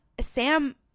sam